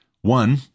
One